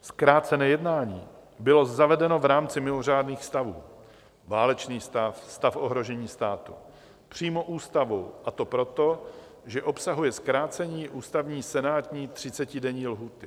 Zkrácené jednání bylo zavedeno v rámci mimořádných stavů válečný stav, stav ohrožení státu přímo ústavou, a to proto, že obsahuje zkrácení ústavní senátní třicetidenní lhůty.